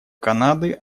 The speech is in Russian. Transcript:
канады